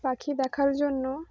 পাখি দেখার জন্য